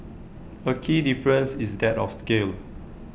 A key difference is that of scale